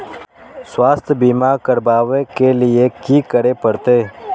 स्वास्थ्य बीमा करबाब के लीये की करै परतै?